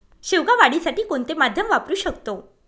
शेवगा वाढीसाठी कोणते माध्यम वापरु शकतो?